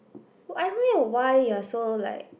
I don't know why you're so like